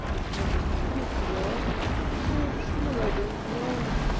what to do with you all i am sure i don't know.